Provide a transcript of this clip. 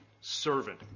servant